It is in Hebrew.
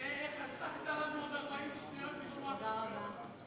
תראה איך חסכת לנו 40 שניות לשמוע את השטויות שלך.